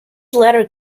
latter